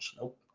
Nope